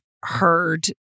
heard